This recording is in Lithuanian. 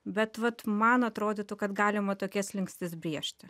bet vat man atrodytų kad galima tokias slenkstis brėžti